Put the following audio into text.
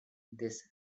this